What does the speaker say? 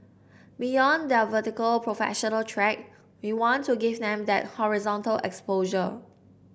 beyond their vertical professional track we want to give them that horizontal exposure